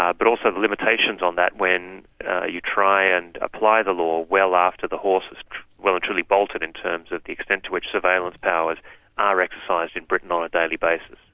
ah but also the limitations on that when you try and apply the law well after the horse has well and truly bolted in terms of the extent to which surveillance powers are exercised in britain on a daily basis.